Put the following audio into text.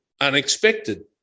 unexpected